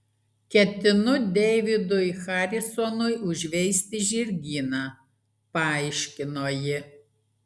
ketinu deividui harisonui užveisti žirgyną paaiškino ji